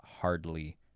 hardly